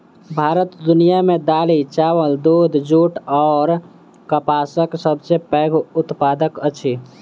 भारत दुनिया मे दालि, चाबल, दूध, जूट अऔर कपासक सबसे पैघ उत्पादक अछि